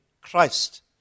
Christ